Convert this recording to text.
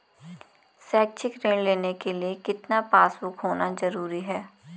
शैक्षिक ऋण लेने के लिए कितना पासबुक होना जरूरी है?